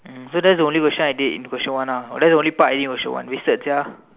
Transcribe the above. mm so that's the only question I did in question one lah that's the only part I did question one wasted sia